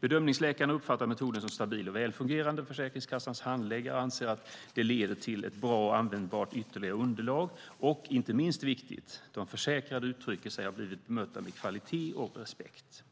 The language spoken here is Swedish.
Bedömningsläkarna uppfattar metoden som stabil och väl fungerande. Försäkringskassans handläggare anser att den leder till ett bra och användbart ytterligare underlag och, inte minst viktigt, de försäkrade uttrycker att de har blivit bemötta med kvalitet och respekt.